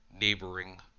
neighboring